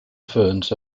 ferns